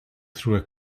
through